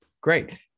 Great